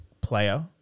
player